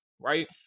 right